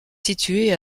situé